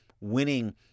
winning